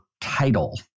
title